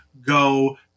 go